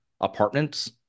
apartments